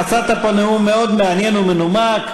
נשאת פה נאום מאוד מעניין ומנומק.